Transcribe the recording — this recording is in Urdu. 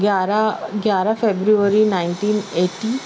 گیارہ گیارہ فیبریوری نائنٹین ایٹی